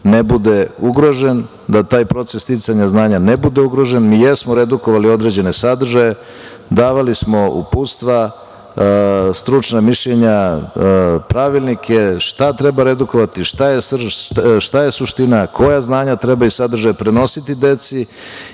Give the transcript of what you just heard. ne bude ugrožen, da taj proces sticanja znanja ne bude ugrožen. Mi jesmo redukovali određene sadržaje, davali smo uputstva, stručna mišljenja, pravilnike šta treba redukovati, šta je suština, koja znanja treba iz sadržaja prenositi deci